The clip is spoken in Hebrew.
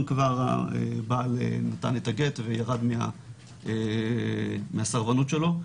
כבר הבעל נתן את הגט וירד מה מהסרבנות שלו.